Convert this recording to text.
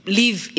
live